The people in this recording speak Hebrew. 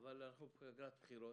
אבל אנחנו בפגרת בחירות,